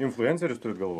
influenserius turit galvoj